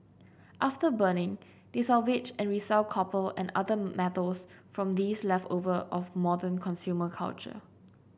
after burning they salvage and resell copper and other metals from these leftover of modern consumer culture